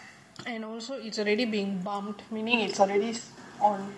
and also its already been bumped meaning it's on the list on